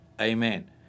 Amen